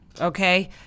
Okay